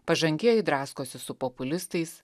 pažangieji draskosi su populistais